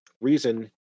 reason